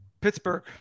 pittsburgh